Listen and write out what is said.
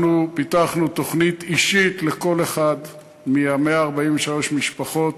אנחנו פיתחנו תוכנית אישית לכל אחת מ-143 מהמשפחות,